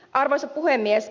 arvoisa puhemies